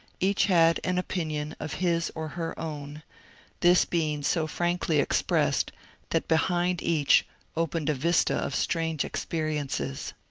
each had an opinion of his or her own this being so frankly expressed that behind each opened a vista of strange experiences.